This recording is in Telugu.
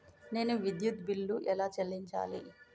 నేను విద్యుత్ బిల్లు ఎలా చెల్లించాలి?